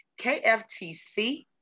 KFTC